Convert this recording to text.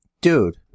Dude